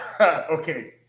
Okay